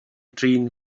drin